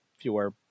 fewer